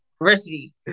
University